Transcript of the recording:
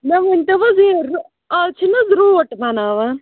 مےٚ ؤنۍتو حظ یہِ اَز چھِ نہٕ حَظ روٹ بَناوان